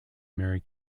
mary